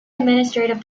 administrative